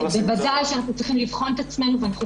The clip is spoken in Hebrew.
בוודאי שאנחנו צריכים לבחון את עצמנו ואנחנו